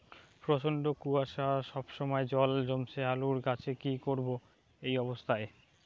প্রচন্ড কুয়াশা সবসময় জল জমছে আলুর গাছে কি করব এই অবস্থায়?